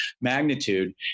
magnitude